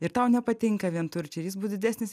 ir tau nepatinka vienturčiai ir jis bus didesnis